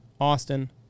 Austin